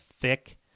thick